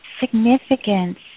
significance